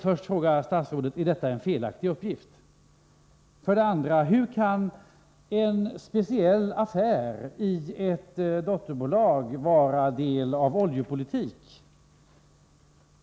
För det andra: Hur kan en speciell affär i ett dotterbolag vara del av oljepolitik?